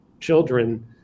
children